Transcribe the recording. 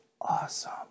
awesome